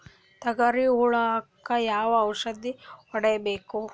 ತೊಗರಿ ಹುಳಕ ಯಾವ ಔಷಧಿ ಹೋಡಿಬೇಕು?